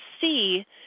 see